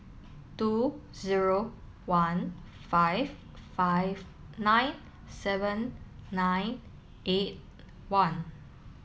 two zero one five five nine seven nine eight one